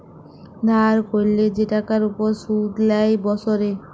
ধার ক্যরলে যে টাকার উপর শুধ লেই বসরে